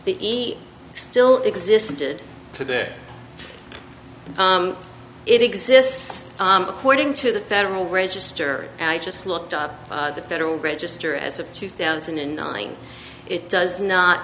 the still existed for there it exists according to the federal register and i just looked up the federal register as of two thousand and nine it does not